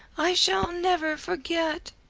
i shall never forget.